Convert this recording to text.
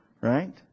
right